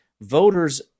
voters